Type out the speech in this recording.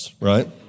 right